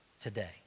today